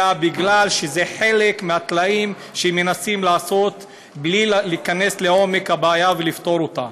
כי הוא חלק מהטלאים שמנסים לעשות בלי להיכנס לעומק הבעיה ולפתור אותה.